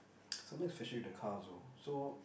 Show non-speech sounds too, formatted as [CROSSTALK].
[NOISE] something's fishy with the car also so